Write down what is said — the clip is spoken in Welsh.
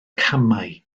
camau